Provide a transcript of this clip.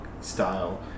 style